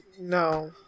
No